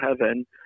heaven